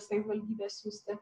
savivaldybė siųsti